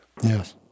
yes